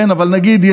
אבל נגיד,